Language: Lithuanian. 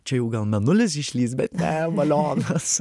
čia jau gal mėnulis išlįs bet ne balionas